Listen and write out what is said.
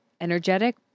energetic